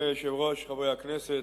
היושב-ראש, חברי הכנסת,